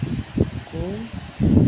ᱠᱚ